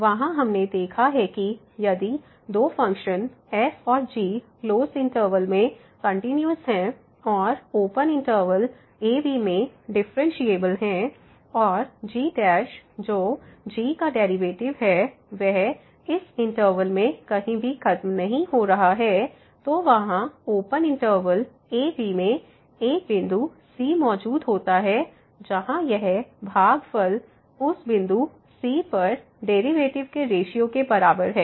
वहाँ हमने देखा है कि यदि दो फ़ंक्शन f और g क्लोसड इंटरवल में कंटिन्यूस है और ओपन इंटरवल a b में डिफरेंशिएबल है और g जो g का डेरिवेटिव है वह इस इंटरवल में कहीं भी खत्म नहीं हो रहा है तो वहाँ ओपन इंटरवल a b में एक बिंदु c मौजूद होता है जहां यह भागफल fb f gb g उस बिंदु c पर डेरिवेटिव के रेश्यो के बराबर है